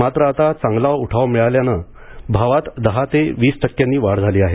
मात्र आता चांगला उठाव मिळाल्याने भावात दहा ते वीस टक्क्यांनी वाढ झाली आहे